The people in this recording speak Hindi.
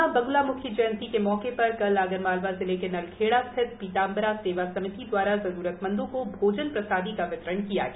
माँ बगुलामुखी जयत्री क्यमौक्यपर कल आगरमालवा जिलक्यनलखाड़ा स्थित पीताम्बरा सव्वा समिति द्वारा जरूरतमव्रोक्को भोजन प्रसादी का वितरण किया गया